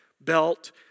belt